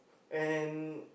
and